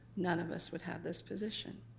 none of us would have this position.